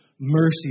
mercy